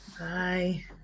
Bye